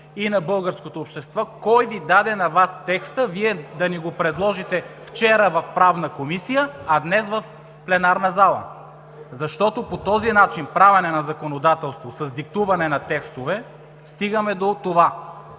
и на българското общество, кой Ви даде на Вас текста Вие да ни го предложите вчера в Правната комисия, а днес в пленарната зала? Защото по този начин правене на законодателство – с диктуване на текстове, стигаме до това